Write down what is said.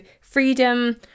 freedom